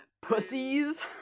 Pussies